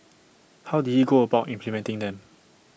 how did he go about implementing them